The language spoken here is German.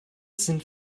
sind